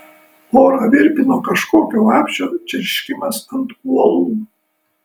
orą virpino kažkokio vabzdžio čirškimas ant uolų